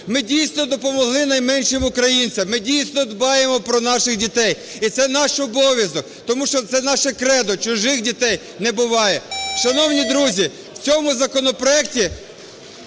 Ми дійсно допомогли найменшим українцям, ми дійсно дбаємо про наших дітей, і це наш обов'язок, тому що це наше кредо: чужих дітей не буває. Шановні друзі, в цьому законопроекті…